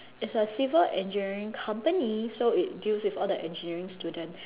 it's a civil engineering company so it deals with all the engineering students